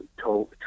told